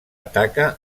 ataca